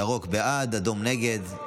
ירוק, בעד, אדום, נגד.